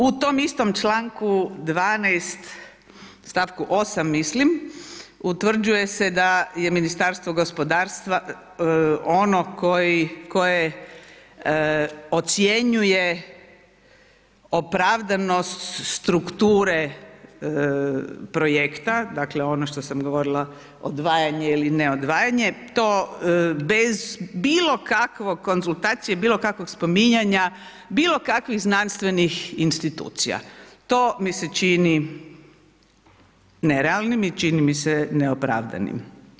U tom istom članku 12. stavku 8. mislim, utvrđuje se da je Ministarstvo gospodarstva ono koje ocjenjuje opravdanost strukture projekta, dakle ono što sam govorila, odvajanje ili ne odvajanje, to bez bilokakve konzultacije, bilokakvog spominjanja, bilokakvih znanstvenih institucija, to mi se čini nerealnim i čini mi se neopravdanim.